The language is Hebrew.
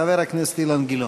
חבר הכנסת אילן גילאון.